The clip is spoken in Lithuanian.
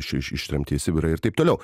iš iš ištremti į sibirą ir taip toliau